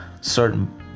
certain